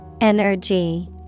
Energy